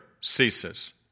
ceases